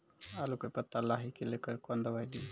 आलू के पत्ता लाही के लेकर कौन दवाई दी?